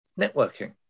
Networking